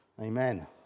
amen